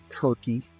turkey